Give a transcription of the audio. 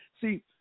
See